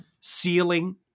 ceiling